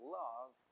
love